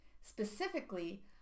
Specifically